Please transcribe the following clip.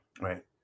right